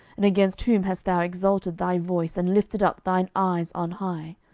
and against whom hast thou exalted thy voice, and lifted up thine eyes on high?